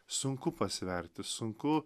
sunku pasverti sunku